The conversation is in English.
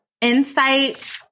Insight